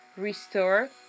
restore